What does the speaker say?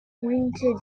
pointed